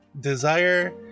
Desire